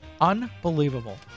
Unbelievable